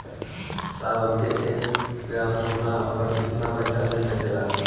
साहब हमके एक ग्रामसोना पर कितना पइसा मिल सकेला?